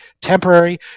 temporary